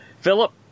Philip